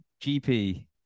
gp